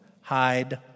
Hide